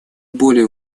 более